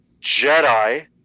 Jedi